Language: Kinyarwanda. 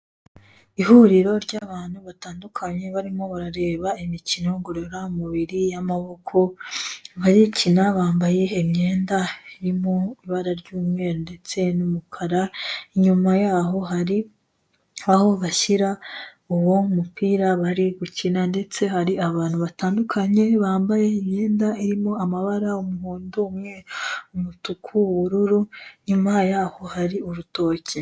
Ihuriro ry'abantu batandukanye barimo barareba imikino ngororamubiri y'amaboko, abarikina bambaye imyenda irimo ibara ry'umweru ndetse n'umukara, inyuma yaho hari aho bashyira uwo mupira bari gukina, ndetse hari abantu batandukanye bambaye imyenda irimo amabara umuhondo, umweru, umutuku, ubururu, inyuma yaho hari urutoki.